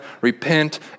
repent